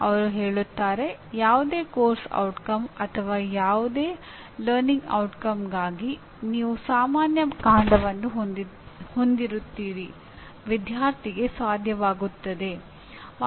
ಅವರು ಹೇಳುತ್ತಾರೆ ಯಾವುದೇ ಪಠ್ಯಕ್ರಮದ ಪರಿಣಾಮ ಅಥವಾ ಯಾವುದೇ ಕಲಿಕೆಯ ಪರಿಣಾಮಕ್ಕಾಗಿ ನೀವು ಸಾಮಾನ್ಯ ಕಾಂಡವನ್ನು ಹೊಂದಿರುತ್ತೀರಿ "ವಿದ್ಯಾರ್ಥಿಗೆ ಸಾಧ್ಯವಾಗುತ್ತದೆ"